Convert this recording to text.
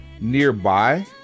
nearby